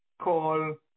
call